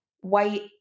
white